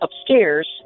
upstairs